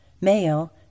male